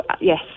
yes